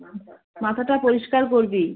মাথাটা পরিষ্কার করবি